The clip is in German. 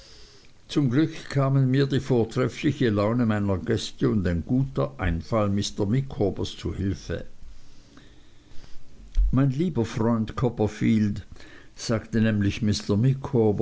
zum glück kamen mir die vortreffliche laune meiner gäste und ein guter einfall mr micawbers zu hilfe mein lieber freund copperfield sagte nämlich mr